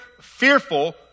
fearful